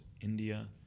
India